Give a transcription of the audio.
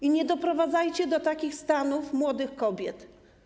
I nie doprowadzajcie do takich stanów młodych kobiet.